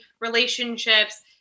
relationships